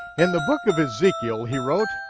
in the book of ezekiel, he wrote,